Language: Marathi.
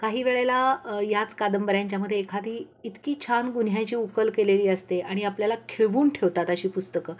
काही वेळेला याच कादंबऱ्यांच्यामध्ये एखादी इतकी छान गुन्ह्याची उकल केलेली असते आणि आपल्याला खिळवून ठेवतात अशी पुस्तकं